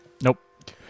Nope